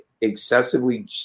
excessively